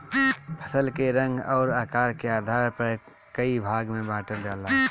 फसल के रंग अउर आकार के आधार पर कई भाग में बांटल जाला